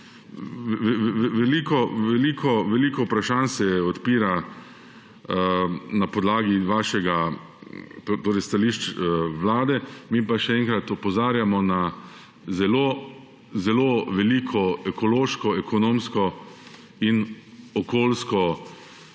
veliko vprašanj se odpira na podlagi stališč Vlade. Mi pa še enkrat opozarjamo na zelo zelo veliko ekološko, ekonomsko in okoljsko